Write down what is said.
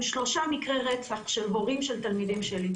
שלושה מקרי רצח של הורים של תלמידים שלי.